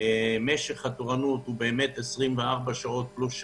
משך התורנות הוא 24+2,